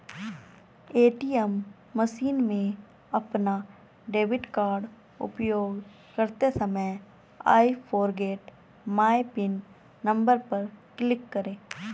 ATM machine में अपना debit card उपयोग करते समय I forget my PIN number पर क्लिक करें